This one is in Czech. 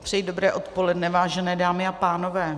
Přeji dobré odpoledne, vážené dámy a pánové.